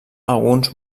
alguns